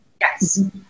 Yes